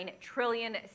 trillion